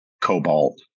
cobalt